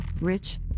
rich